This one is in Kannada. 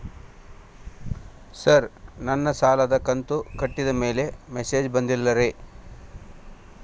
ಸರ್ ನನ್ನ ಸಾಲದ ಕಂತು ಕಟ್ಟಿದಮೇಲೆ ಮೆಸೇಜ್ ಬಂದಿಲ್ಲ ರೇ